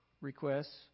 requests